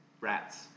rats